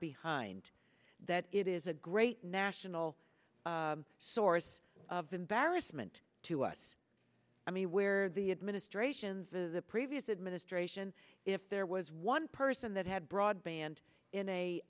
behind that it is a great national source of embarrassment to us i mean where the administration's the previous administration if there was one person that had broadband in a